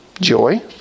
joy